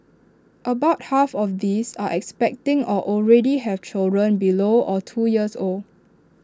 about half of these are expecting or already have children below or two years old